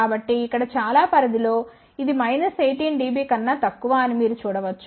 కాబట్టి ఇక్కడ చాలా పరిధిలో ఇది 18 dB కన్నా తక్కువ అని మీరు చూడవచ్చు